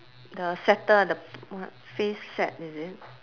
the setter the what face set is it